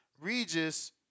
Regis